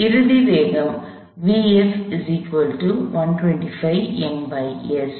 இறுதி வேகம் vf 125 ms